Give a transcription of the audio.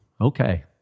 okay